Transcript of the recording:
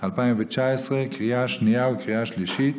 התשע"ט 2019, קריאה שנייה וקריאה שלישית.